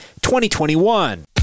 2021